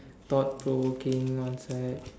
thought provoking one side